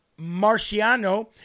Marciano